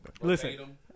listen